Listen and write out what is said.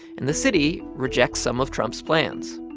and the city rejects some of trump's plans.